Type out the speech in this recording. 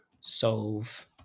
solve